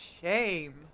shame